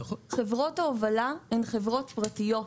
חברות ההובלה הן חברות פרטיות.